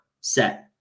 set